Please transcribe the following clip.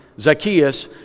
Zacchaeus